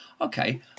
Okay